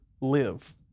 live